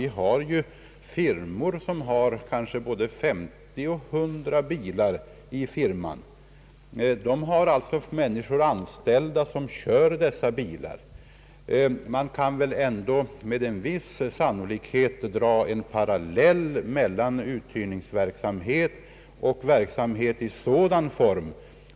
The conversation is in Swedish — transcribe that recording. Vi har ju firmor som kanske äger både 50 och 100 bilar. Det finns anställda som kör dessa bilar. Man kan med viss sannolikhet dra en parallell mellan uthyrningsverksamhet och verksamhet i denna form.